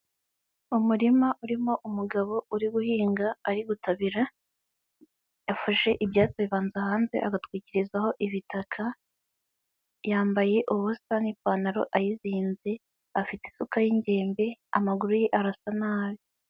Umurima urimo umugabo uri guhinga ari gutabira, yafashe ibyatsi abibanza hanze agatwikirizaho ibitaka, yambaye ubusa n'ipantaro ayizinze, afite isuka y'ingimbi, amaguru ye arasa nabi.